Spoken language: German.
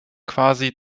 quasi